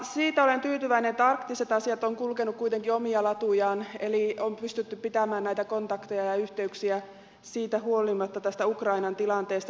siitä olen tyytyväinen että arktiset asiat ovat kulkeneet kuitenkin omia latujaan eli on pystytty pitämään näitä kontakteja ja yhteyksiä yllä ukrainan tilanteesta huolimatta